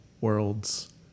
Worlds